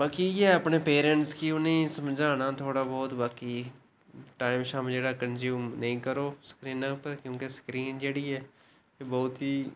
बाकी इयै अपने पेरैंटस गी कि उनें ई समझना थोह्ड़ा बहुत बाकी टाइम शाइम जेह्ड़ा कनजूम नेई करो स्क्रीना उप्पर स्क्रीन जेहड़ी एह् बहुत ही